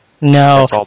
No